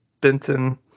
Benton